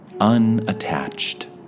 unattached